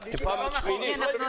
אני מבין